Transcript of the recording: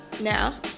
now